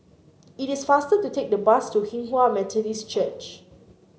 it is faster to take the bus to Hinghwa Methodist Church